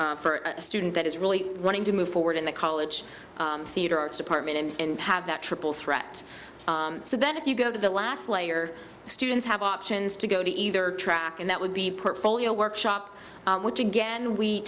for a student that is really wanting to move forward in the college theater arts department and have that triple threat so that if you go to the last layer students have options to go to either track and that would be portfolio workshop which again we